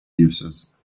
uses